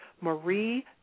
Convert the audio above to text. Marie